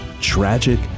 tragic